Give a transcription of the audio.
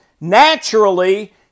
naturally